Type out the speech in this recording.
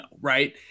right